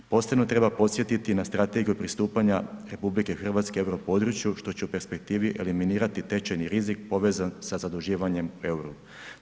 Posebno treba podsjetiti na strategiju pristupanja RH euro području, što će u perspektivi eliminirati tečajni rizik povezan sa zaduživanjem u EUR-u.